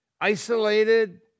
isolated